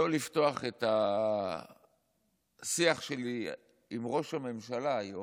לא לפתוח את השיח שלי עם ראש הממשלה היום,